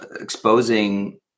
exposing